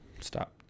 Stop